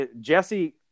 Jesse –